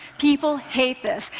people hate this.